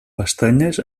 pestanyes